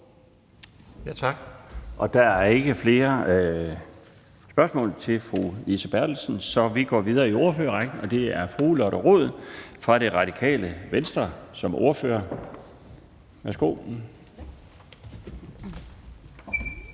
Tak. Der er ikke flere spørgsmål til fru Lise Berthelsen, så vi går videre i ordførerrækken, og det er til fru Lotte Rod fra Radikale Venstre som ordfører. Værsgo.